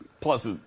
Plus